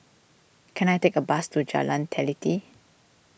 can I take a bus to Jalan Teliti